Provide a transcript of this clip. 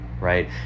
right